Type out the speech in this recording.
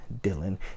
Dylan